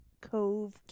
cove